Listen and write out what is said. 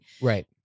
Right